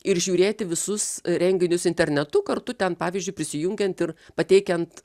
ir žiūrėti visus renginius internetu kartu ten pavyzdžiui prisijungiant ir pateikiant